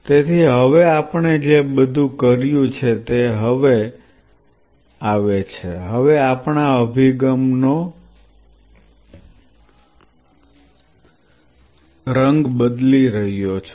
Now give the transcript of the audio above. તેથી હવે આપણે જે બધું કર્યું છે તે હવે આવે છે હવે આપણા અભિગમનો રંગ બદલી રહ્યો છું